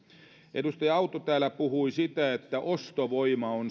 edustaja autto täällä puhui sitä että ostovoima on